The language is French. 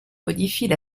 modifient